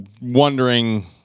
wondering